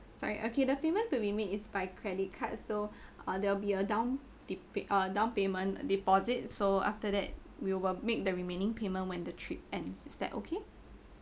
sorry okay the payment to be made is by credit card so uh there will be a down depict~ uh down payment deposit so after that we will make the remaining payment when the trip ends is that okay